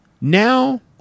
Now